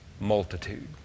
multitude